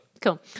cool